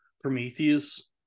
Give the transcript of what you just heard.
Prometheus